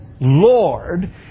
Lord